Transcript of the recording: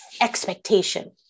expectation